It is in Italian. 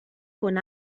con